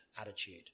attitude